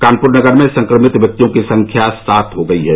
कानपुर नगर में संक्रमित व्यक्तियों की संख्या सात हो गई है